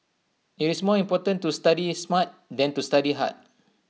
IT is more important to study smart than to study hard